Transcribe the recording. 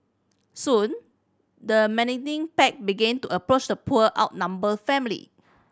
soon the menacing pack began to approach the poor outnumbered family